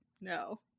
no